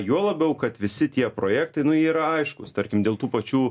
juo labiau kad visi tie projektai yra aiškūs tarkim dėl tų pačių